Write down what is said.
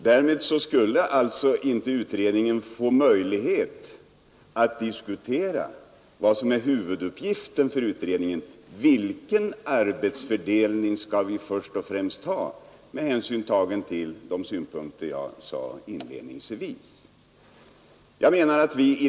Därmed skulle beredningen alltså inte få möjlighet att diskutera vad som är huvuduppgiften för beredningen, nämligen vilken arbetsfördelning vi först och främst skall ha med hänsyn tagen till de synpunkter jag inledningsvis framförde.